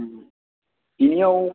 बिनिआव